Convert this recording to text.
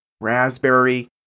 raspberry